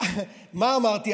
מה אמרתי?